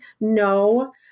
no